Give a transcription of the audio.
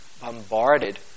bombarded